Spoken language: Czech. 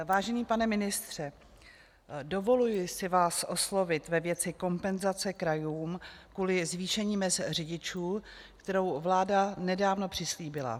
Vážený pane ministře, dovoluji si vás oslovit ve věci kompenzace krajů kvůli zvýšení mezd řidičů, kterou vláda nedávno přislíbila.